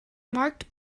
marked